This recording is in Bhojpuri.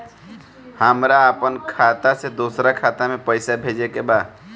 हमरा आपन खाता से दोसरा खाता में पइसा भेजे के बा